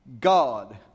God